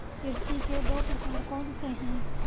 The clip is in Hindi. कृषि के दो प्रकार कौन से हैं?